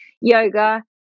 yoga